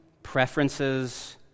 preferences